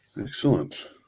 Excellent